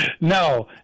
no